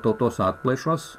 tautos atplaišos